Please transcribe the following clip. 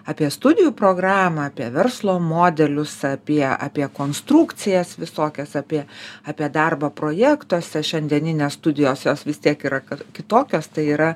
apie studijų programą apie verslo modelius apie apie konstrukcijas visokias apie apie darbą projektuose šiandieninės studijos jos vis tiek yra kitokias tai yra